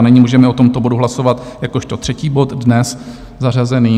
A nyní můžeme o tomto bodu hlasovat jakožto třetí bod dnes zařazený.